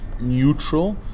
neutral